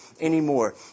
anymore